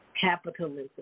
capitalism